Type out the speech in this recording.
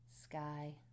sky